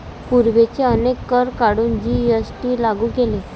पूर्वीचे अनेक कर काढून जी.एस.टी लागू केले